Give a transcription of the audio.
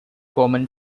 common